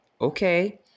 okay